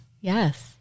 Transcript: Yes